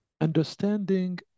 understanding